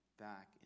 back